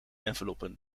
enveloppen